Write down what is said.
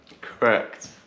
correct